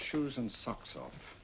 shoes and socks off